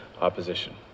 opposition